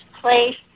place